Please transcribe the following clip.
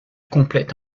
complète